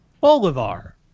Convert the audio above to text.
Bolivar